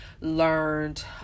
learned